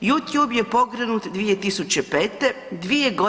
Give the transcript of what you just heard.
YouTube je pokrenut 2005., 2.g.